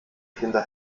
kinder